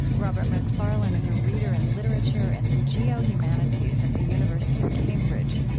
robert macfarlane is a reader in literature and the geohumanities at the university of cambridge.